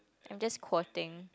I'm just quoting